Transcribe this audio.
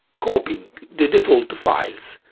copying the default files,